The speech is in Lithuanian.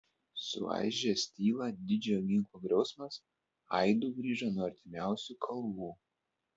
suaižęs tylą didžiojo ginklo griausmas aidu grįžo nuo artimiausių kalvų